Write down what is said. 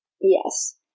Yes